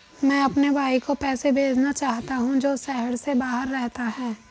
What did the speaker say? मैं अपने भाई को पैसे भेजना चाहता हूँ जो शहर से बाहर रहता है